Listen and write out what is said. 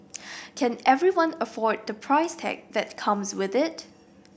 can everyone afford the price tag that comes with it